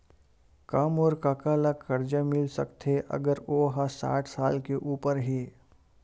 का मोर कका ला कर्जा मिल सकथे अगर ओ हा साठ साल से उपर हे?